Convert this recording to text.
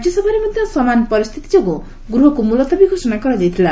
ରାଜ୍ୟସଭାରେ ମଧ୍ୟ ସମାନ ପରିସ୍ଥିତି ଯୋଗୁଁ ଗୃହକୁ ମୁଲତବୀ ଘୋଷଣା କରାଯାଇଥିଲା